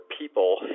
people